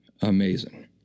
Amazing